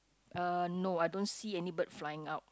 uh no I don't see any bird flying out